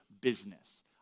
business